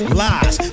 lies